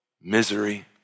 misery